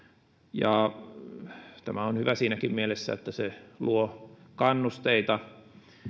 tämä on hyvä siinäkin mielessä että se luo kannusteita